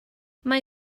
mae